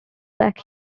back